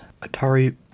Atari